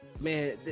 Man